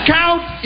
count